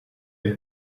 haye